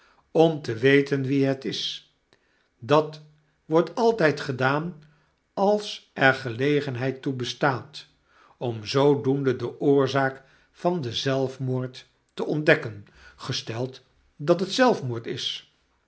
om te weten wie het is dat wordt altyd gedaan als er gelegenheid toe bestaat om zoodoende de oorzaak van den zelfmoord te ontdekkeu gesteld dat het zelfmoord is